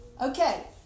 Okay